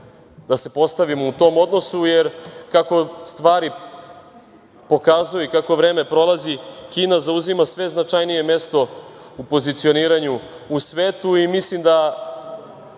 da se postavimo u tom odnosu, jer kako stvari pokazuju i kako vreme prolazi Kina zauzima značajnije mesto u pozicioniranju u svetu i mislim da